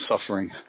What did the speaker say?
suffering